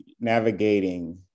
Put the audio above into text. navigating